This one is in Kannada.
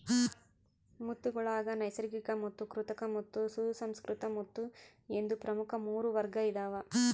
ಮುತ್ತುಗುಳಾಗ ನೈಸರ್ಗಿಕಮುತ್ತು ಕೃತಕಮುತ್ತು ಸುಸಂಸ್ಕೃತ ಮುತ್ತು ಎಂದು ಪ್ರಮುಖ ಮೂರು ವರ್ಗ ಇದಾವ